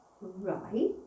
right